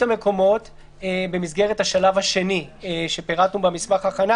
המקומות במסגרת השלב השני שפירטנו במסמך ההכנה